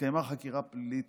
התקיימה חקירה פלילית